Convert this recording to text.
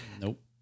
Nope